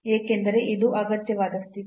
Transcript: ಏಕೆಂದರೆ ಇದು ಅಗತ್ಯವಾದ ಸ್ಥಿತಿ